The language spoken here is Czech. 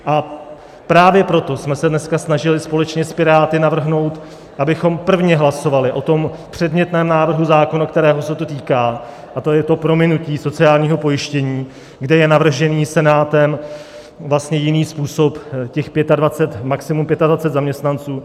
A právě proto jsme se dneska snažili společně s Piráty navrhnout, abychom prvně hlasovali o tom předmětném návrhu zákona, kterého se to týká, a to je to prominutí sociálního pojištění, kde je navržený Senátem vlastně jiný způsob, těch 25, maximum 25 zaměstnanců.